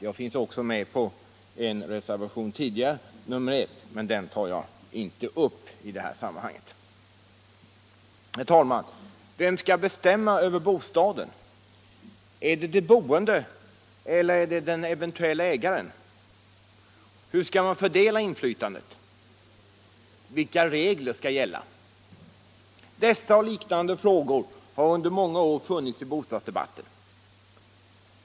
Jag finns också med på reservation 1, men den tar jag inte upp i detta sammanhang. Herr talman! Vem skall bestämma över bostaden? Är det de boende eller är det den eventuelle ägaren? Hur skall man fördela inflytandet? Vilka regler skall gälla? Dessa och liknande frågor har under många år varit uppe i bostadsdebatten.